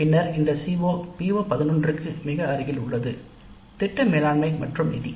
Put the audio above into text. பின்னர் இந்த CO PO11 க்கு மிக அருகில் உள்ளது திட்ட மேலாண்மை மற்றும் நிதி